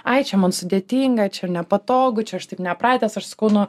ai čia man sudėtinga čia nepatogu čia aš taip nepratęs aš sakau nu